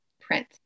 print